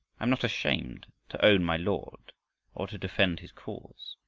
i'm not ashamed to own my lord or to defend his cause,